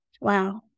Wow